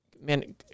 man